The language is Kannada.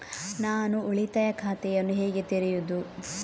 ನಾನು ಉಳಿತಾಯ ಖಾತೆಯನ್ನು ಹೇಗೆ ತೆರೆಯುದು?